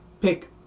pick